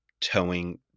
towing